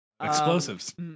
Explosives